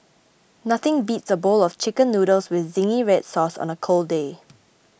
nothing beats a bowl of Chicken Noodles with Zingy Red Sauce on a cold day